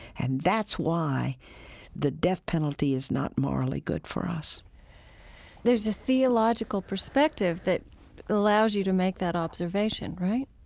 and that's why the death penalty is not morally good for us there's a theological perspective that allows you to make that observation, right?